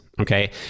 Okay